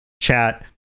chat